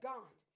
God